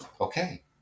Okay